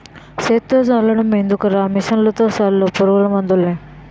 సేత్తో సల్లడం ఎందుకురా మిసన్లతో సల్లు పురుగు మందులన్నీ